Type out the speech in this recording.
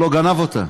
הוא לא גנב אותה,